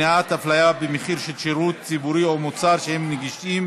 מניעת הפליה במחיר של שירות ציבורי או מוצר שהם נגישים),